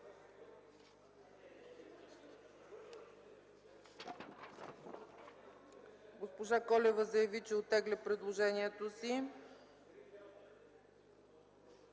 Госпожа Колева заяви, че оттегля предложението си.